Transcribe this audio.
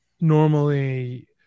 normally